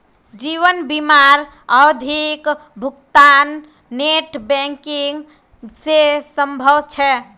जीवन बीमार आवधिक भुग्तान नेट बैंकिंग से संभव छे?